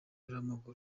w’umupira